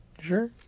Sure